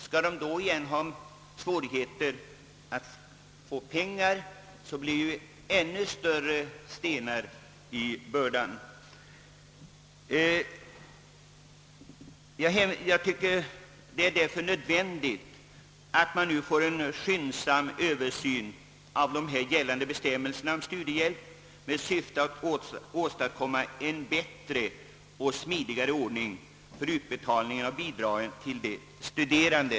Skall de då även ha svårigheter med att få pengar, blir det ännu större stenar på bördan. Därför måste vi nu få en skyndsam översyn av de gällande bestämmelserna om studiehjälp i syfte att åstadkomma en bättre och smidigare ordning för utbetalning av bidragen till de studerande.